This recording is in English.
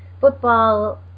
football